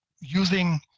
using